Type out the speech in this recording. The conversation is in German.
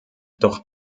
doch